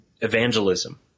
evangelism